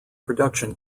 production